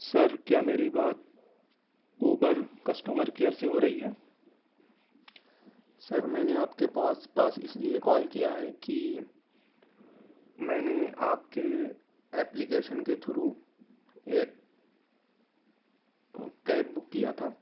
سر کیا میری بات اوبر کسٹمر کیئر سے ہو رہی ہے سر میں نے آپ کے پاس پاس اس لیے کال کیا ہے کہ میں نے آپ کے ایپلیکیشن کے تھرو ایک کیب بک کیا تھا